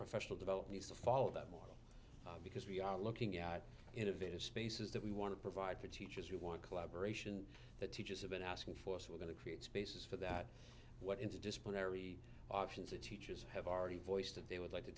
professional develop needs to follow that model because we are looking at innovative spaces that we want to provide for teachers who want collaboration that teachers have been asking for so we're going to create spaces for that what interdisciplinary options are teachers have already voiced that they would like to